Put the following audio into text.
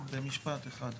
במשפט אחד.